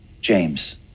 James